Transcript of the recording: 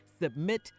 Submit